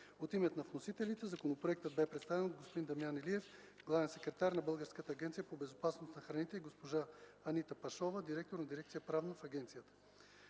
От името на вносителите законопроектът бе представен от господин Дамян Илиев – главен секретар на Българската агенция по безопасност на храните и госпожа Анита Пашова – директор на дирекция „Правна” в агенцията.